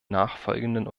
nachfolgenden